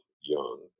young